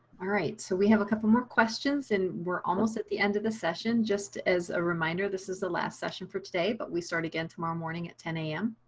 alright, so we have a couple more questions. and we're almost at the end of the session. just as a reminder, this is the last session for today. but we start again tomorrow morning at ten am